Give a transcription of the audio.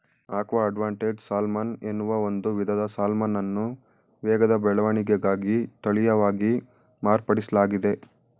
aqua advantage salmon ಎನ್ನುವ ಒಂದು ವಿಧದ ಸಾಲ್ಮನನ್ನು ವೇಗದ ಬೆಳವಣಿಗೆಗಾಗಿ ತಳೀಯವಾಗಿ ಮಾರ್ಪಡಿಸ್ಲಾಗಿದೆ